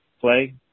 Play